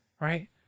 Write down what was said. right